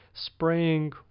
spraying